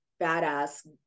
badass